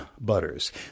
butters